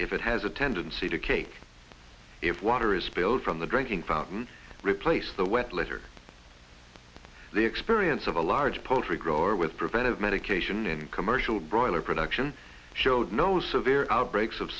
if it has a tendency to cake if water is spilled from the drinking fountain replace the wet litter the experience of a large poultry grower with preventive medication in commercial broiler production showed no severe outbreaks of